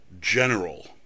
general